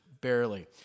barely